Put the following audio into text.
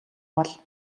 бол